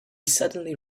suddenly